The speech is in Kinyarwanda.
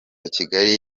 kigali